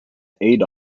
aid